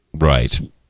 Right